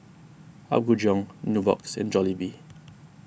Apgujeong Nubox and Jollibee